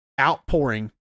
outpouring